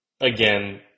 again